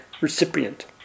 recipient